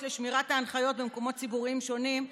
לשמירת ההנחיות במקומות ציבוריים שונים",